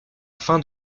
fin